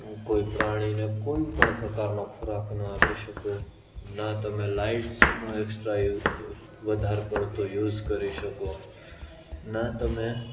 હું કોઈ પ્રાણીને કોઈ પણ પ્રકારનો ખોરાક ના આપી શકું ના તમે લાઇટસનો એકસ્ટ્રા વધારે પડતો યુઝ કરી શકો ના તમે